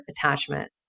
attachment